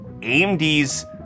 AMD's